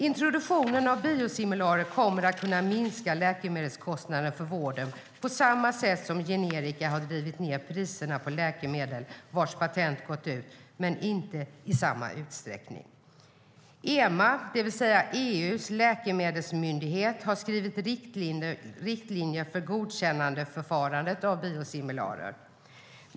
Introduktionen av biosimilarer kommer att kunna minska läkemedelskostnader för vården på samma sätt som generika har drivit ned priserna på läkemedel vars patent har gått ut, men inte i samma utsträckning. EMA, EU:s läkemedelsmyndighet, har skrivit riktlinjer för godkännandeförfarandet av biosimilarer.